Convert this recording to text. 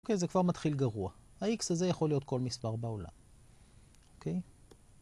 זה כבר מתחיל גרוע, ה-x הזה יכול להיות כל מספר בעולם. אוקיי?